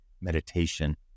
meditation